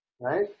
right